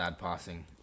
passing